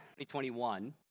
2021